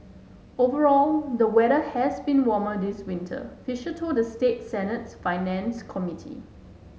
overall the weather has been warmer this winter Fisher told the state Senate's Finance Committee